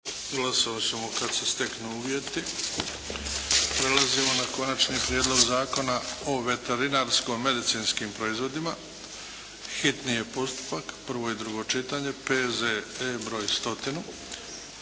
Glasovati ćemo kad se steknu uvjeti. **Bebić, Luka (HDZ)** Konačni prijedlog Zakona o veterinarsko-medicinskim proizvodima, hitni je postupak, prvo i drugo čitanje, P.Z.E. br. 100.